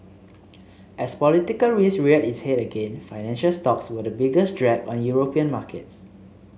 as political risk reared its head again financial stocks were the biggest drag on European markets